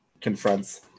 confronts